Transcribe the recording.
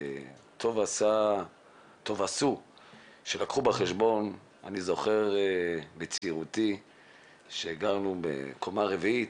טוב עשו שלקחו בחשבון אני זוכר בצעירותי שגרנו בקומה רביעית,